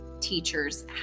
teachers